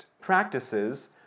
practices